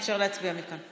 אאפשר להצביע מכאן.